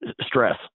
stress